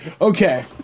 Okay